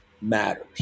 matters